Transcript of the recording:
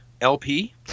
LP